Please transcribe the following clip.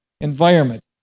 Environment